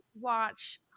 watch